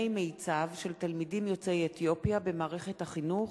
מיצ"ב של תלמידים יוצאי אתיופיה במערכת החינוך,